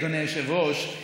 אדוני היושב-ראש,